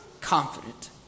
confident